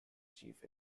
chief